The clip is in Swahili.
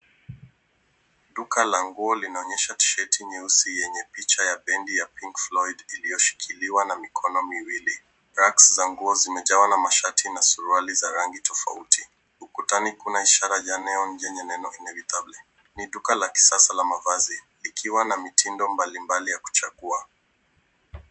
Duka la nguo linaonyesha tisheti nyeusi yenye picha ya bendi ya Pink Floyd iliyoshikiliwa na mikono miwili. Racks za nguo zimejawa na mashati na suruali za rangi tofauti. Ukutani kuna ishara ya neno Inevitable . Ni duka la kisasa la mavazi likiwa na mitindo mbalimbali ya kuchagua.